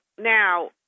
Now